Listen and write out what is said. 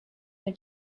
mit